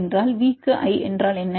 என்றால் V க்கு I என்றால் என்ன